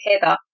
Heather